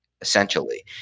essentially